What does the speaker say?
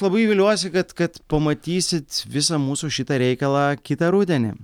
labai viliuosi kad kad pamatysit visą mūsų šitą reikalą kitą rudenį